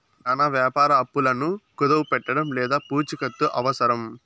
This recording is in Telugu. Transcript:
చానా వ్యాపార అప్పులను కుదవపెట్టడం లేదా పూచికత్తు అవసరం